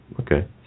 okay